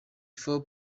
four